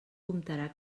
comptarà